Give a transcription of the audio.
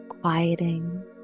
quieting